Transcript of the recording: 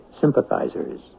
sympathizers